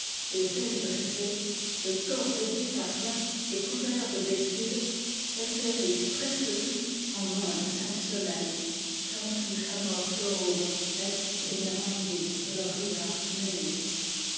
les ailes brisées le corps réduit à rien et couvert de blessures elles périssent presque toutes en moins de cinq semaines tantus amov florum et generandi gîoria mellis